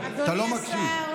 אתה לא מקשיב.